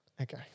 Okay